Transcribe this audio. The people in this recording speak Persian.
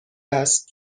است